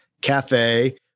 cafe